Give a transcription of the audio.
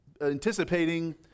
anticipating